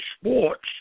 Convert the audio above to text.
Sports